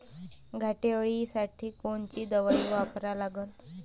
घाटे अळी साठी कोनची दवाई वापरा लागन?